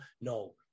no